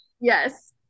yes